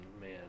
man